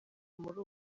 muri